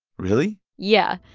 really? yeah.